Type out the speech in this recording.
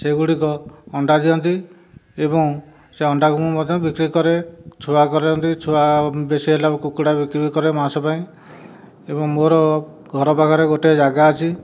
ସେଗୁଡ଼ିକ ଅଣ୍ଡା ଦିଅନ୍ତି ଏବଂ ସେ ଅଣ୍ଡାକୁ ମୁଁ ମଧ୍ୟ ବିକ୍ରି କରେ ଛୁଆ କରନ୍ତି ଛୁଆ ବେଶୀ ହେଲେ କୁକୁଡ଼ା ବିକ୍ରି କରେ ମାଂସ ପାଇଁ ଏବଂ ମୋର ଘର ପାଖରେ ଗୋଟେ ଜାଗା ଅଛି